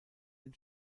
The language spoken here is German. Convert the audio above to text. den